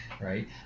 right